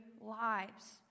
lives